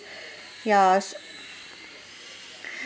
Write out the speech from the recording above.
yes